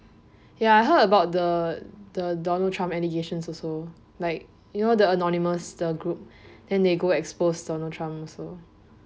ya I heard about the the donald trump allegations also like you know the anonymous the group then they go expose donald trump also